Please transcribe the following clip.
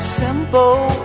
simple